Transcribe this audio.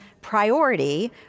priority